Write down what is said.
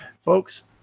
Folks